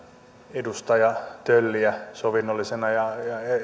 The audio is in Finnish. edustaja tölliä sovinnollisena ja